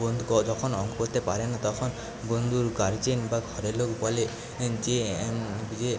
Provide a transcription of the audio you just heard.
বন্ধু কতক্ষণ অঙ্ক করতে পারে না তখন বন্ধুর গার্জেন বা ঘরের লোক বলে যে যে